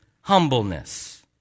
humbleness